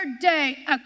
day